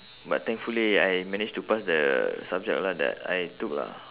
but thankfully I manage to pass the subject lah that I took lah